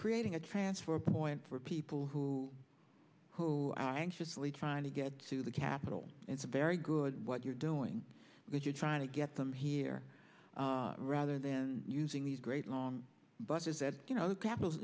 creating a transfer point for people who who are anxiously trying to get to the capital it's a very good what you're doing because you're trying to get them here rather than using these great long buses that you know